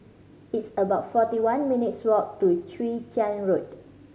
it's about forty one minutes' walk to Chwee Chian Road